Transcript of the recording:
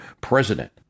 president